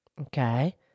Okay